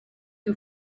who